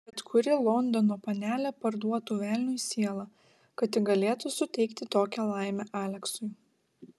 bet kuri londono panelė parduotų velniui sielą kad tik galėtų suteikti tokią laimę aleksui